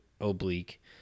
oblique